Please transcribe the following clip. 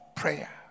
prayer